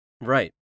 Right